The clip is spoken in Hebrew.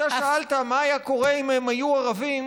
אתה שאלת מה היה קורה אם הם היו ערבים,